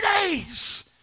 days